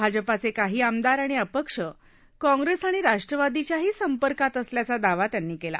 भाजपाचे काही आमदार आणि अपक्ष काँग्रेस आणि राष्ट्रवादीच्याही संपर्कात असल्याचा दावा त्यांनी केला